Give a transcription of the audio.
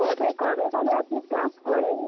কবে কবে কবে আপনি ক্লাস করেন